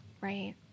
Right